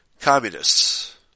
communists